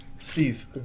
Steve